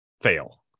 fail